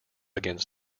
against